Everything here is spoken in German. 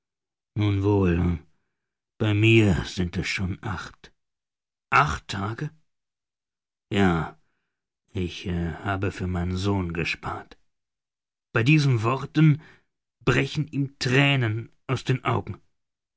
nun wohl bei mir sind es schon acht acht tage ja ich habe für meinen sohn gespart bei diesen worten brechen ihm thränen aus den augen